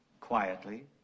quietly